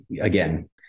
again